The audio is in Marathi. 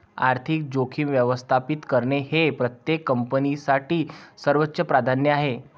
आर्थिक जोखीम व्यवस्थापित करणे हे प्रत्येक कंपनीसाठी सर्वोच्च प्राधान्य आहे